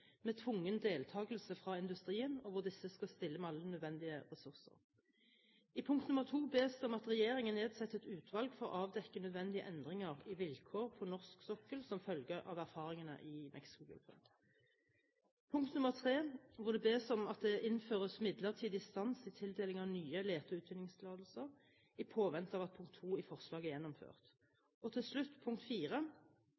med tvungen deltagelse fra industrien, og hvor disse skal stille med alle nødvendige ressurser. Under punkt 2 bes det om at regjeringen nedsetter et utvalg for å avdekke nødvendige endringer i vilkår på norsk sokkel som følge av erfaringene i Mexicogolfen. Under punkt 3 bes det om at det innføres midlertidig stans i tildelinger av nye lete- og utvinningstillatelser i påvente av at punkt 2 i forslaget er gjennomført